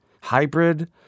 hybrid